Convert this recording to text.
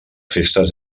festes